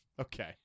okay